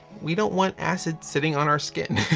we don't want acid sitting on our skin.